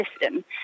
system